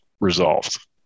resolved